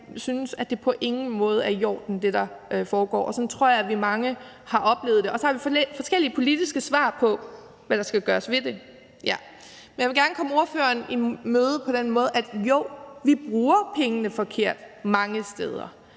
synes, at det, der foregår, på ingen måde er i orden. Og sådan tror jeg vi er mange der har oplevet det, og så har vi så forskellige politiske svar på, hvad der skal gøres ved det. Jeg vil gerne komme ordføreren i møde på den måde, at jo, vi bruger pengene forkert mange steder.